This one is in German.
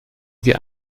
wir